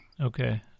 okay